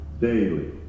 daily